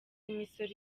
imisoro